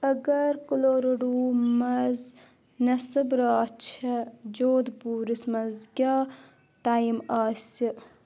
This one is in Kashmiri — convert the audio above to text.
اگر کُلوروڈو منٛز نیٚصٕب راتھ چھےٚ جودپوٗرس منٛز کیٛاہ ٹایم آسہِ